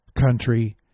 country